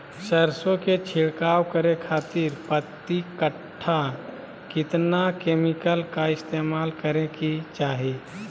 सरसों के छिड़काव करे खातिर प्रति कट्ठा कितना केमिकल का इस्तेमाल करे के चाही?